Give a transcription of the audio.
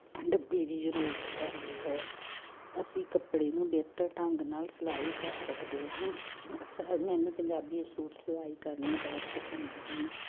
ਡੱਬੀ ਦੀ ਜ਼ਰੂਰਤ ਪੈਂਦੀ ਹੈ ਅਸੀਂ ਕੱਪੜੇ ਨੂੰ ਬਿਹਤਰ ਢੰਗ ਨਾਲ ਸਿਲਾਈ ਕਰ ਸਕਦੇ ਹਾਂ ਮੈਨੂੰ ਪੰਜਾਬੀ ਸੂਟ ਸਿਲਾਈ ਕਰਨੀ ਬਹੁਤ ਪਸੰਦ ਹਨ